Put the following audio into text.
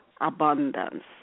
abundance